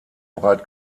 breit